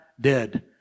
dead